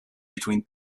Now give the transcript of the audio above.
between